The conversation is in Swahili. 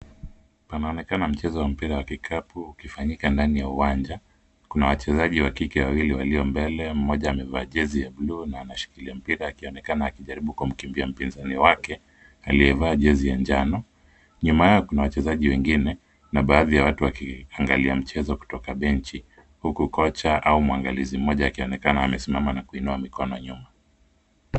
Panaonekana mchezo wa mpira wa vikapu, ukifanyika ndani ya uwanja. Kuna wachezaji wa kike wawili walio mbele , mmoja amevaa jezi ya buluu na anashikilia mpira akionekana kujaribu kumkimbia mpinzani wake aliyevaa jezi ya njano. Nyuma yao kuna wachezaji wengine na baadhi ya watu wakiangalia mchezo kutoka benchi, huku kocha au mwangalizi mmoja akionekana amesimama na kuinua mikono nyuma.